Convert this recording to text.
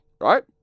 right